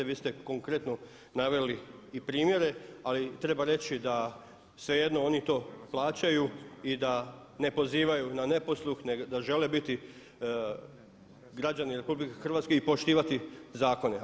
Vi ste konkretno naveli i primjere ali treba reći da svejedno oni to plaćaju i da ne pozivaju na neposluh nego da žele biti građani RH i poštivati zakone.